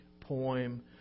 poem